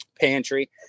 pantry